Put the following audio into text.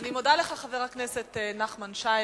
אני מודה לך, חבר הכנסת נחמן שי.